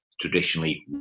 Traditionally